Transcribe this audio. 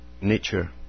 nature